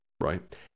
Right